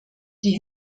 die